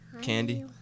candy